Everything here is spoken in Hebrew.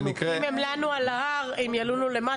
אם הם לנו על ההר, הם ילונו למטה.